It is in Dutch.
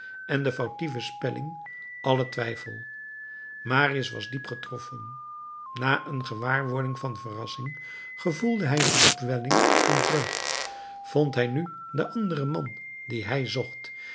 en de foutieve spelling allen twijfel marius was diep getroffen na een gewaarwording van verrassing gevoelde hij een opwelling van vreugd vond hij nu den anderen man dien hij zocht